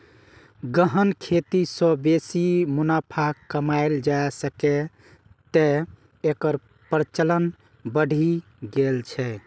गहन खेती सं बेसी मुनाफा कमाएल जा सकैए, तें एकर प्रचलन बढ़ि गेल छै